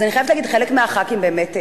אז אני חייבת להגיד, חלק מחברי הכנסת באמת נשארו,